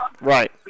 Right